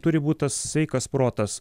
turi būt tas sveikas protas